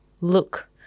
look